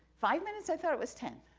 five minutes? i thought it was ten.